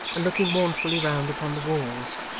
and looking mournfully round upon the walls.